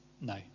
no